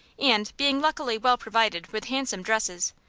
and, being luckily well provided with handsome dresses,